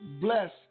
bless